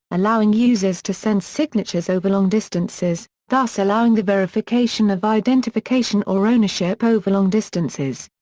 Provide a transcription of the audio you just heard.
allowing users to send signatures over long distances, thus allowing the verification of identification or ownership over long distances.